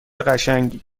قشنگی